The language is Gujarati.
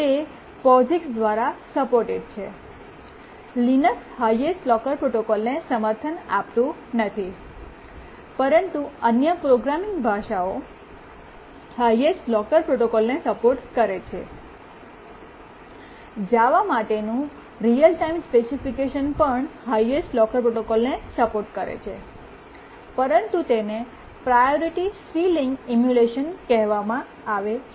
તે POSIX દ્વારા સપોર્ટેડ છે લિનક્સ હાયેસ્ટ લોકર પ્રોટોકોલને સમર્થન આપતું નથી પરંતુ અન્ય પ્રોગ્રામિંગ ભાષાઓ હાયેસ્ટ લોકર પ્રોટોકોલને સપોર્ટ કરે છેજાવા માટેનું રીઅલ ટાઇમ સ્પેસિફિકેશન પણ હાયેસ્ટ લોકર પ્રોટોકોલને સપોર્ટ કરે છે પરંતુ તેને પ્રાયોરિટી સીલીંગ ઈમ્યુલેશન કહેવામાં આવે છે